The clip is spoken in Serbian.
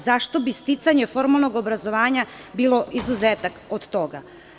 Zašto bi sticanje formalnog obrazovanja bilo izuzetak od toga?